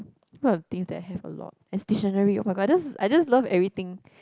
what are the things that I have a lot as dictionary [oh]-my-god I just I just love everything